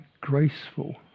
graceful